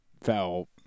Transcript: fell